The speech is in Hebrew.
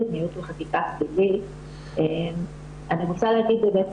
אני רוצה להגיד באמת